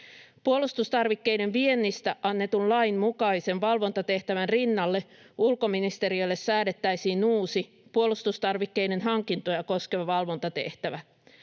Puolustustarvikkeiden viennistä annetun lain mukaisen valvontatehtävän rinnalle ulkoministeriölle säädettäisiin uusi puolustustarvikkeiden hankintoja koskeva valvontatehtävä.